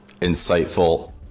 insightful